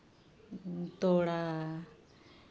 ᱛᱚᱲᱟ